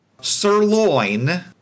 Sirloin